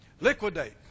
Liquidate